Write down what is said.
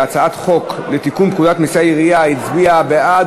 בהצעת חוק לתיקון פקודת מסי העירייה הצביע בעד,